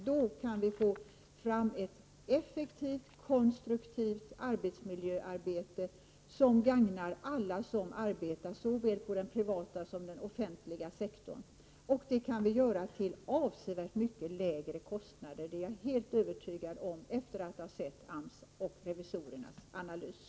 Då kan vi få fram ett effektivt, konstruktivt arbetsmiljöarbete som gagnar alla som arbetar såväl i den privata som i den offentliga sektorn. Och det kan vi göra till avsevärt mycket lägre kostnad, det är jag helt övertygad om efter att ha sett AMS och revisorernas analys.